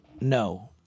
No